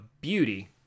beauty